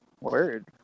Word